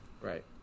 right